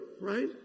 right